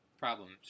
problems